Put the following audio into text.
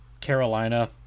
Carolina